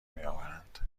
میآورند